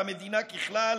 והמדינה ככלל,